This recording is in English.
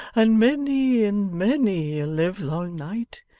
and many, and many a livelong night,